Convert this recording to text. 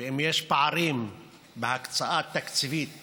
ואם יש פערים בהקצאה תקציבית